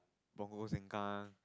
Punggol Sengkang